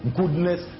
goodness